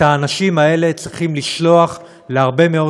את האנשים האלה צריכים לשלוח להרבה מאוד